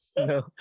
No